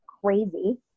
crazy